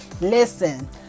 Listen